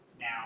Now